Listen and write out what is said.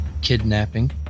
kidnapping